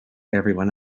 everyone